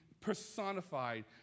personified